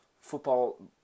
football